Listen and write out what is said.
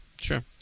sure